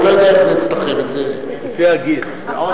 לפי הגיל.